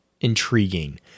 intriguing